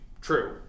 true